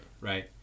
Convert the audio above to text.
right